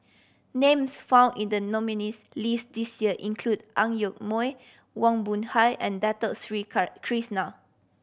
names found in the nominees' list this year include Ang Yoke Mooi Wong Boon Hock and Dato Sri Krishna